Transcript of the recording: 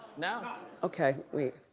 no. okay, wait.